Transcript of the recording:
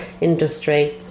industry